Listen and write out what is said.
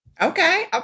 Okay